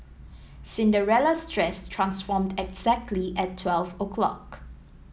Cinderella's dress transformed exactly at twelve o'clock